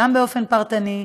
גם באופן פרטני,